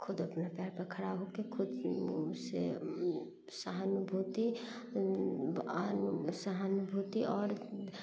खुद अपना पयरपर खड़ा होके खुदसँ सहानुभूती सहानुभूति आओर